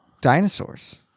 dinosaurs